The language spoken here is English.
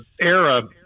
era